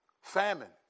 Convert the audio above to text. Famine